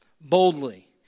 boldly